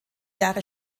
jahre